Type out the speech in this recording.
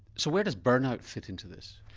so where does burnout fit into this?